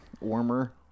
Warmer